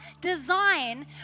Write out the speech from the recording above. design